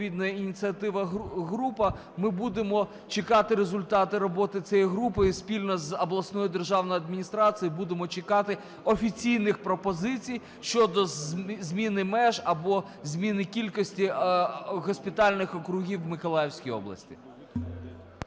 ініціативна група, ми будемо чекати результати роботи цієї групи і спільно з обласною державною адміністрацією будемо чекати офіційних пропозицій щодо зміни меж або зміни кількості госпітальних округів в Миколаївській області.